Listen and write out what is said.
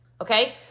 okay